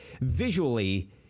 visually